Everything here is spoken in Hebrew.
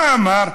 מה אמר?